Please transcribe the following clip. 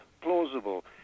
plausible